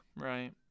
Right